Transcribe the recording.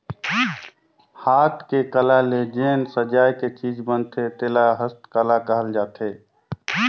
हाथ के कला ले जेन सजाए के चीज बनथे तेला हस्तकला कहल जाथे